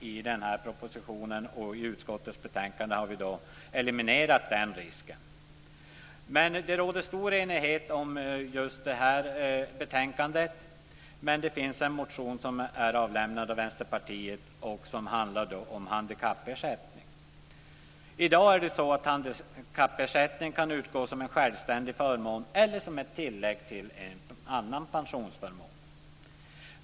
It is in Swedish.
I den här propositionen har regeringen eliminerat den risken. Det råder stor enighet om det här betänkandet, men det finns en motion från Vänsterpartiet. Den handlar om handikappersättning. I dag kan handikappersättning utgå som en självständig förmån eller som ett tillägg till en annan pensionsförmån.